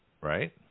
Right